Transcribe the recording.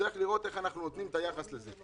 צריך לראות איך אנחנו נותנים את היחס הזה.